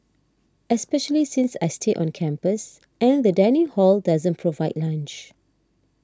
especially since I stay on campus and the dining hall doesn't provide lunch